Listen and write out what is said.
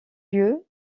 lieu